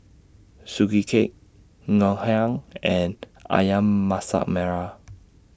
Sugee Cake Ngoh Hiang and Ayam Masak Merah